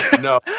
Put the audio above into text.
No